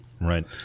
Right